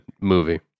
movie